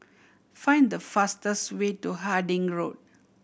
find the fastest way to Harding Road